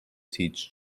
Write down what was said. teach